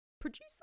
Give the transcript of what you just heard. producer